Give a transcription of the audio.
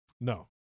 No